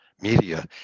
media